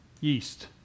yeast